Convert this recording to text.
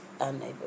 unable